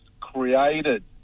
created